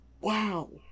wow